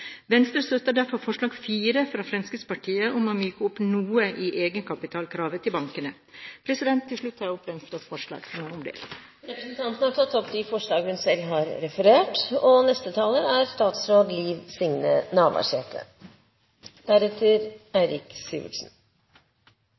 Venstre støtter derfor forslag nr. 4, fra Fremskrittspartiet, om å myke opp noe i egenkapitalkravet til bankene. Til slutt tar jeg opp Venstres forslag, som er omdelt på representantenes plasser i salen. Representanten Borghild Tenden har tatt opp de forslagene hun refererte til. Det er